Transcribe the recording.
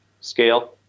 Scale